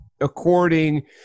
according